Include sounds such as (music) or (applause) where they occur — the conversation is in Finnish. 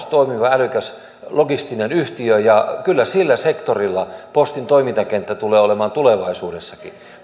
(unintelligible) toimiva älykäs logistinen yhtiö ja kyllä sillä sektorilla postin toimintakenttä tulee olemaan tulevaisuudessakin